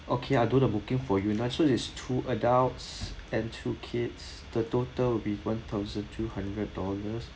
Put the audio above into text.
okay I'll do the booking for you now so is two adults and two kids the total would be one thousand two hundred dollars